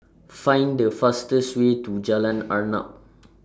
Find The fastest Way to Jalan Arnap